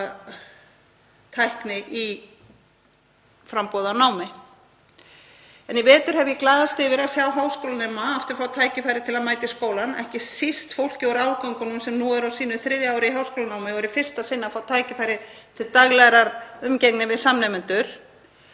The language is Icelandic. tækni í námsframboði. Í vetur hef ég glaðst yfir að sjá háskólanema aftur fá tækifæri til að mæta í skólann, ekki síst fólk úr árganginum sem nú er á sínu þriðja ári í háskólanámi og er í fyrsta sinn að fá tækifæri til daglegrar umgengni við samnemendur.